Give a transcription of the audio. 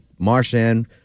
Marshan